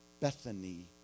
Bethany